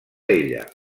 ella